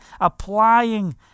applying